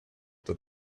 that